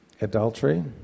adultery